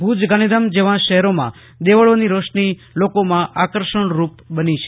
ભુજ ગાંધીધામ જેવા મોટા શહેરમાં દેવળોની રોશની લોકોમાં આકર્ષકરૂપ બની છે